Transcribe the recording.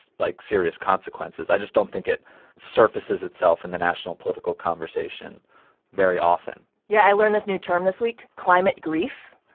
like, serious consequences. i just don't think it surfaces itself in the national political conversation very often yeah. i learned this new term this week climate grief.